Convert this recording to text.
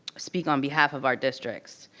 speak on behalf of our districts.